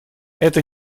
это